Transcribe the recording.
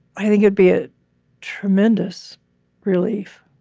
i think it'd be a tremendous relief.